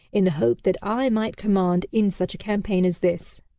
in the hope that i might command in such a campaign as this.